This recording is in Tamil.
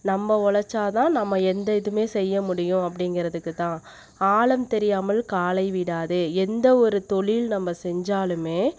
நம்ம உழைச்சால் தான் நம்ம எந்த இதுவுமே செய்ய முடியும் அப்படிங்குறதுக்கு தான் ஆழம் தெரியாமல் காலை விடாதே எந்த ஒரு தொழில் நம்ம செஞ்சாலுமே